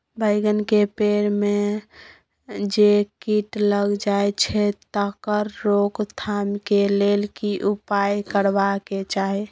बैंगन के पेड़ म जे कीट लग जाय छै तकर रोक थाम के लेल की उपाय करबा के चाही?